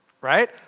right